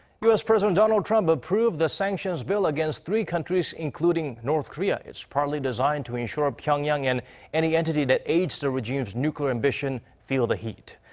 u s. president donald trump approved the sanctions bill against three countries including north korea. it's partly designed to ensure pyongyang and any entity that aids the regime's nuclear ambition. feel the heat.